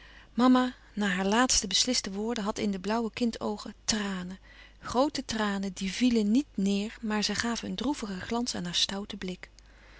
na haar laatste besliste woorden had in de blauwe kind oogen tranen groote tranen die louis couperus van oude menschen de dingen die voorbij gaan vielen niet neêr maar zij gaven een droevigen glans aan haar stouten blik